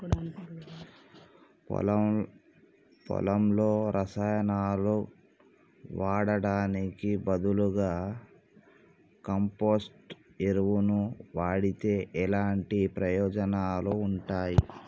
పొలంలో రసాయనాలు వాడటానికి బదులుగా కంపోస్ట్ ఎరువును వాడితే ఎలాంటి ప్రయోజనాలు ఉంటాయి?